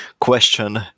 question